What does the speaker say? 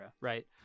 right